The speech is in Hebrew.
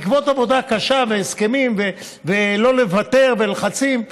בעקבות עבודה קשה והסכמים ולא לוותר ולחצים.